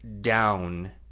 down